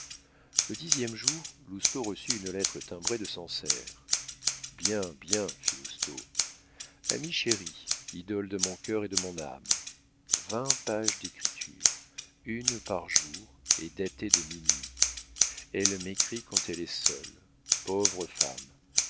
le dixième jour lousteau reçut une lettre timbrée de sancerre bien bien fit lousteau ami chéri idole de mon cœur et de mon âme vingt pages d'écriture une par jour et datée de minuit elle m'écrit quand elle est seule pauvre femme